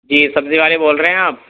جی سبزی والے بول رہے ہیں آپ